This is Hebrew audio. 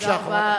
תודה רבה.